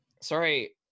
sorry